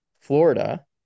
Florida